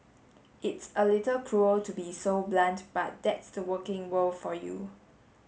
it's a little cruel to be so blunt but that's the working world for you